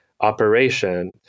operation